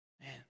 Man